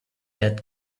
that